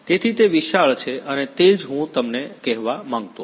તેથી તે વિશાળ છે અને તે જ હું તમને કહેવા માંગતો હતો